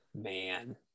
Man